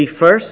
first